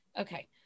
Okay